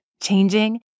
changing